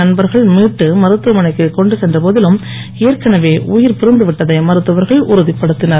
நண்பர்கள் மீட்டு மருத்துவமனைக்கு கொண்டு சென்ற போதிலும் ஏற்கனவே உயிர் பிரிந்து விட்டதை மருத்துவர்கள் உறுதிப்படுத்தினர்